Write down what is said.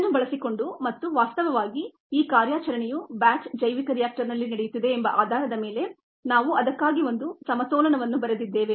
ಇದನ್ನು ಬಳಸಿಕೊಂಡು ಮತ್ತು ವಾಸ್ತವವಾಗಿ ಈ ಕಾರ್ಯಾಚರಣೆಯು ಬ್ಯಾಚ್ ಜೈವಿಕ ರಿಯಾಕ್ಟರ್ನಲ್ಲಿ ನಡೆಯುತ್ತಿದೆ ಎಂಬ ಆಧಾರದ ಮೇಲೆ ನಾವು ಅದಕ್ಕಾಗಿ ಒಂದು ಸಮತೋಲನವನ್ನು ಬರೆದಿದ್ದೇವೆ